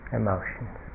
emotions